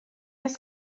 oes